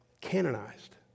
canonized